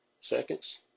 Seconds